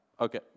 okay